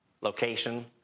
Location